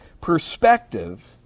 perspective